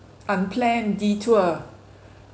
unplanned detour